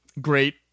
Great